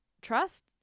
trust